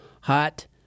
hot